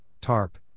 tarp